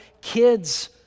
kids